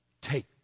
take